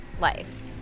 life